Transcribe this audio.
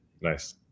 Nice